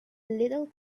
little